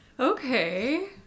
Okay